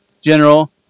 General